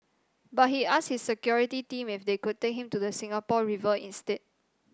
but he asked his security team if they could take him to the Singapore River instead